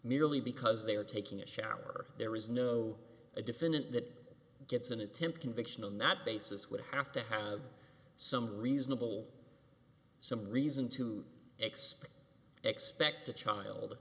merely because they are taking a shower there is no a defendant that gets an attempted vacation on that basis would have to have some reasonable some reason to expect expect the child